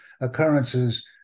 occurrences